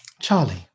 Charlie